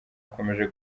akomeje